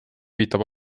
viitab